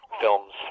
films